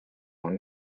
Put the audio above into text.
one